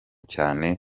cyane